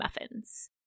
muffins